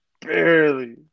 Barely